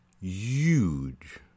Huge